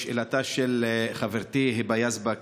לשאלתה של חברתי היבה יזבק